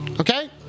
Okay